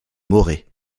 morée